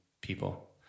people